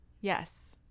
Yes